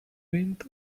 wind